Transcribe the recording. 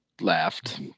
laughed